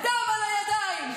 דם על הידיים.